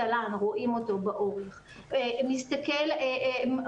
שבאמת רואים את שעות התל"ו באורך.